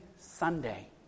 Sunday